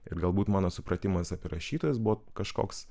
ir galbūt mano supratimas apie rašytojus buvo kažkoks